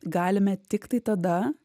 galime tiktai tada